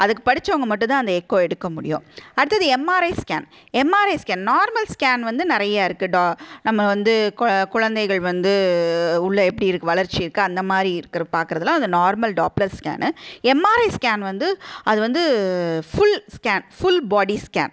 அதுக்கு படிச்சவங்க மட்டுந்தான் அந்த எக்கோ எடுக்க முடியும் அடுத்தது MRI scan MRI scan normal scan வந்து நிறைய இருக்கு டா நம்ம வந்து கு குழந்தைகள் வந்து உள்ள எப்படி இருக்குது வளர்ச்சி இருக்கா அந்த மாதிரி இருக்கிற பார்க்குறதுலாம் அந்த normal Doppler scan MRI scan வந்து அது வந்து full scan full body scan